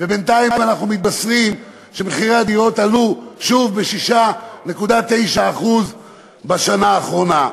ובינתיים אנחנו מתבשרים שמחירי הדירות עלו שוב ב-6.9% בשנה האחרונה.